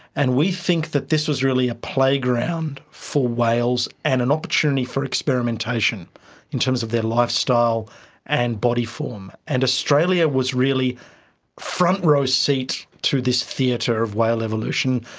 and we think that this was really a playground for whales and an opportunity for experimentation in terms of their lifestyle and body form. and australia was really front row seat to this theatre of whale evolution,